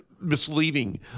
misleading